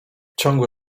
ciągłe